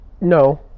no